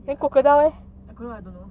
ya crocodile I don't know